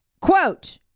Quote